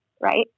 right